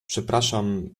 przepraszam